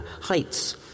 heights